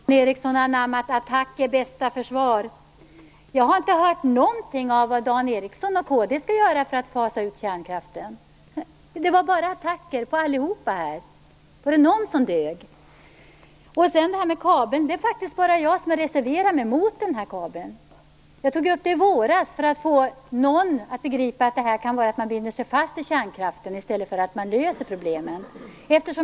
Fru talman! Dan Ericsson har anammat att attack är bästa försvar. Jag har inte hört någonting om vad Dan Ericsson och kd skall göra för att fasa ut kärnkraften. Det var bara attacker på alla här. Var det någon som dög? I fråga om kabeln är det bara jag som har reserverat mig mot den. Jag tog upp den frågan i våras för att få någon att begripa att det kan innebära att man binder sig fast i kärnkraften i stället för att lösa problemen.